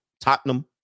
Tottenham